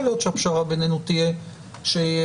יכול להיות שהפשרה בינינו תהיה שלעמותות